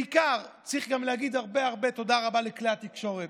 צריך גם להגיד הרבה הרבה תודה לכלי התקשורת.